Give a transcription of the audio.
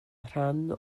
rhan